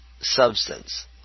substance